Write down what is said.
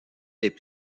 des